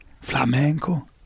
flamenco